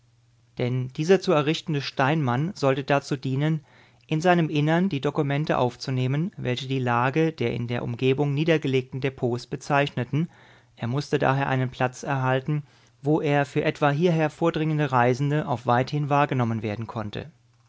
denn dieser zu errichtende steinmann sollte dazu dienen in seinem innern die dokumente aufzunehmen welche die lage der in der umgegend niedergelegten depots bezeichneten er mußte daher einen platz erhalten wo er für etwa hierher vordringende reisende auf weithin wahrgenommen werden konnte